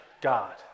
God